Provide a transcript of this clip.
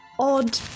Odd